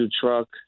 truck